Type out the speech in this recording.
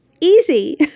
Easy